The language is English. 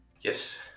Yes